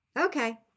okay